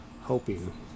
hoping